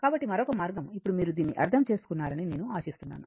కాబట్టి మరొక మార్గం ఇప్పుడు మీరు దీన్ని అర్థం చేసుకున్నారని నేను ఆశిస్తున్నాను